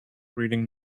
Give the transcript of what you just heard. reading